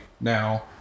now